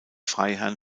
freiherren